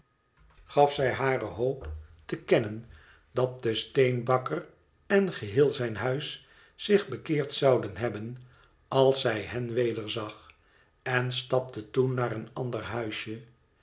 gaf zij hare hoop te kennen dat do steenbakker en gebeel zijn huis zich bekeerd zouden hebben als zij hen weder zag en stapte toen naar oen ander huisje